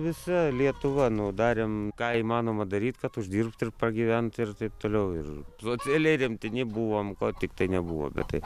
visa lietuva nu darėm ką įmanoma daryt kad uždirbt ir pragyvent ir taip toliau ir socialiai remtini buvom ko tiktai nebuvo bet tai